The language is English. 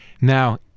Now